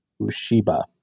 Ushiba